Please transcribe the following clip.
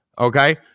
Okay